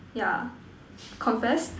yeah confess